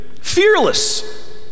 Fearless